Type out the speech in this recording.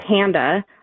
Panda